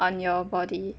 on your body